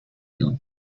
you